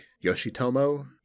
Yoshitomo